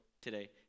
today